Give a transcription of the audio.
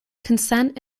consent